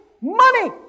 money